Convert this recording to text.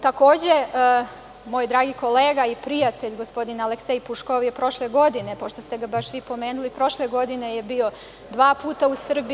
Takođe, moj dragi kolega i prijatelj, gospodin Aleksej Puškov je prošle godine, pošto ste ga baš vi pomenuli, prošle godine je bio dva puta u Srbiji.